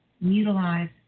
Utilize